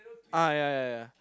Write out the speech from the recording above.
ah ya ya ya